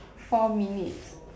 four minutes